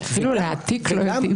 -- אפילו להעתיק לא יודעים.